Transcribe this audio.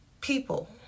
people